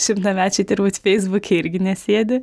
šimtamečiai turbūt feisbuke irgi nesėdi